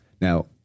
Now